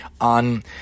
on